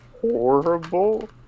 horrible